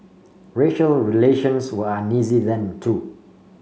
racial relations were uneasy then too